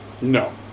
No